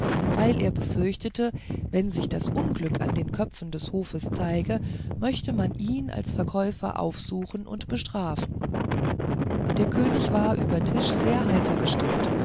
weil er befürchtete wenn sich das unglück an den köpfen des hofes zeige möchte man ihn als verkäufer aufsuchen und bestrafen der könig war über tisch sehr heiter gestimmt